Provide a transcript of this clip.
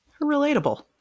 Relatable